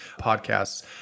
podcasts